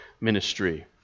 ministry